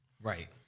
right